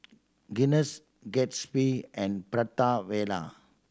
Guinness Gatsby and Prata Wala